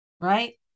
right